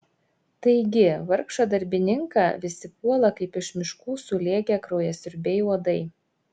taigi vargšą darbininką visi puola kaip iš miškų sulėkę kraujasiurbiai uodai